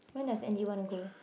when does Andy wanna go